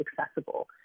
accessible